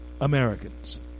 Americans